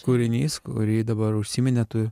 kūrinys kurį dabar užsiminė tu